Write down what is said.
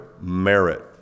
merit